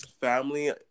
family